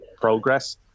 progress